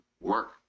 work